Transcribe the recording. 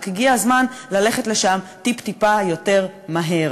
רק הגיע הזמן ללכת לשם טיפ-טיפה יותר מהר.